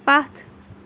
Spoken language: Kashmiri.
پَتھ